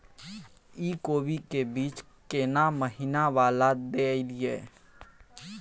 इ कोबी के बीज केना महीना वाला देलियैई?